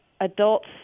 adults